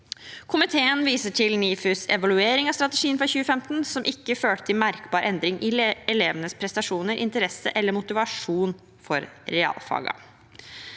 Komiteen viser til NIFUs evaluering av strategien fra 2015, som ikke førte til merkbar endring i elevenes prestasjoner, interesse eller motivasjon for realfagene.